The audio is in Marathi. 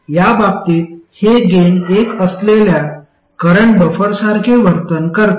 या बाबतीत हे गेन एक असलेल्या करंट बफरसारखे वर्तन करते